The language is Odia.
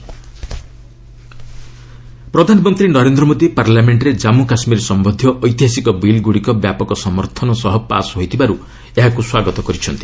ପିଏମ୍ ଜେକେ ବିଲ୍ସ ପ୍ରଧାନମନ୍ତ୍ରୀ ନରେନ୍ଦ୍ର ମୋଦି ପାର୍ଲାମେଣ୍ଟରେ ଜାମ୍ଗୁ କାଶ୍ମୀର ସମ୍ୟନ୍ଧୀୟ ଐତିହାସିକ ବିଲ୍ଗୁଡ଼ିକ ବ୍ୟାପକ ସମର୍ଥନ ସହ ପାଶ୍ ହୋଇଥିବାରୁ ଏହାକୁ ସ୍ୱାଗତ କରିଛନ୍ତି